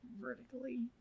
Vertically